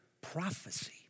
prophecy